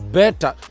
better